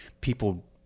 people